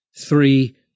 three